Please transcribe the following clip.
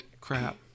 crap